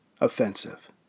offensive